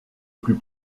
plus